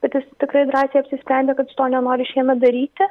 bet jis tikrai drąsiai apsisprendė kad jis to nenori šiemet daryti